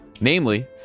namely